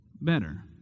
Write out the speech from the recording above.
better